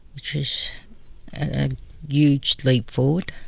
which is a huge leap forward.